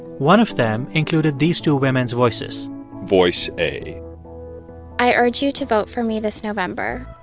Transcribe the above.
one of them included these two women's voices voice a i urge you to vote for me this november